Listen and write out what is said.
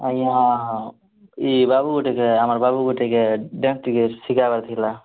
ଆଜ୍ଞା ଏ ବାବୁକୁ ଟିକେ ଆମର ବାବୁକୁ ଟିକେ ଡାନ୍ସ ଟିକେ ଶିଖିବାର୍ ଥିଲା